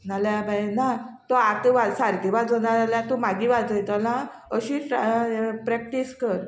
नाल्या भाय ना तो आतां सारके वाजोना जाल्यार तूं मागीर वाजयतलो आं अशी प्रॅक्टीस कर